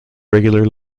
regular